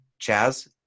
Chaz